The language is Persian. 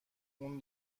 اون